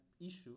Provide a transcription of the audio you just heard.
issue